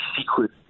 secret